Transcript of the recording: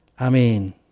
amen